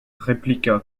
répliqua